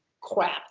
crap